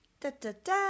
Da-da-da